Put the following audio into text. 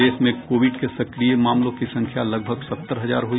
प्रदेश में कोविड के सक्रिय मामलों की संख्या लगभग सत्तर हजार हुई